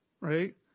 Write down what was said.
right